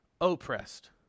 oppressed